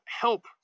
help